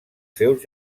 seus